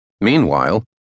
Meanwhile